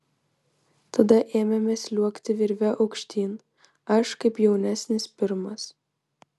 tada ėmėme sliuogti virve aukštyn aš kaip jaunesnis pirmas